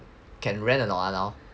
can rent or not ah now